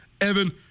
Evan